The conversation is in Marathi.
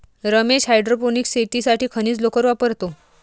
रमेश हायड्रोपोनिक्स शेतीसाठी खनिज लोकर वापरतो